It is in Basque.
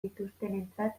dituztenentzat